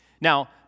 Now